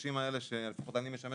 ובחודשים האלה שבהם לפחות אני משמש